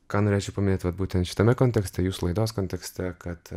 ką norėčiau paminėt vat būtent šitame kontekste jūsų laidos kontekste kad